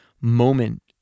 moment